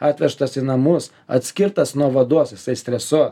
atvežtas į namus atskirtas nuo vados jisai stresuos